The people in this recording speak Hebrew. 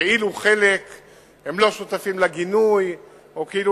כאילו חלק לא שותפים לגינוי או כאילו